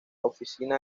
oficina